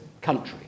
country